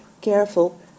careful